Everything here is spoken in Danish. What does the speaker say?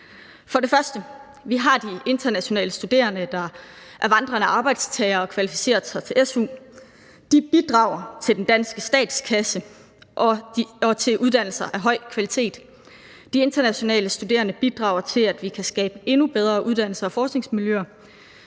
For det første har vi de internationale studerende, der er vandrende arbejdstagere og har kvalificeret sig til su. De bidrager til den danske stat a-kasse og til uddannelser af høj kvalitet. De internationale studerende bidrager til, at vi kan skabe endnu bedre uddannelses- og forskningsmiljøer.